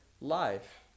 life